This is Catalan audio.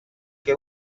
que